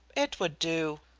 it would do.